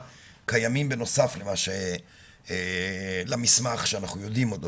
קיימים בנוסף למסמך שאנחנו יודעים על אודותיו.